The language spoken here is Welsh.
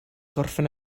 gorffen